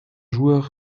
joueur